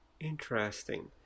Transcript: Interesting